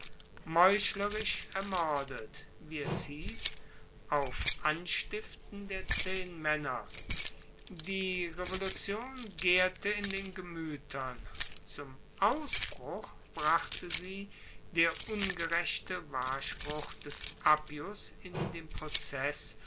meuchlerisch ermordet wie es hiess auf anstiften der zehnmaenner die revolution gaerte in den gemuetern zum ausbruch brachte sie der ungerechte wahrspruch des appius in dem prozess